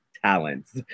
talents